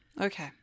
Okay